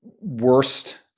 worst